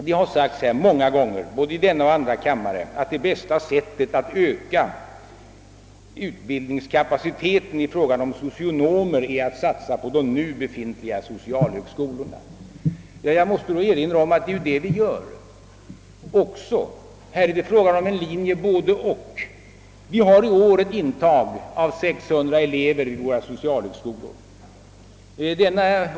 Det har sagts många gånger både i denna kammare och i första kammaren att det bästa sättet att öka utbildningskapaciteten i fråga om socionomer är att satsa på de nu befintliga socialhögskolorna. Jag måste då erinra om att det ju också är det vi gör. Här är det fråga om ett både — och. I år intas vid våra socialhögskolor 600 elever.